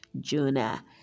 Jonah